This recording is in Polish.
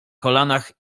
kolanach